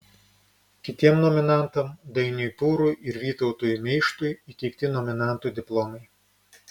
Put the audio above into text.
kitiems nominantams dainiui pūrui ir vytautui meištui įteikti nominantų diplomai